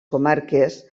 comarques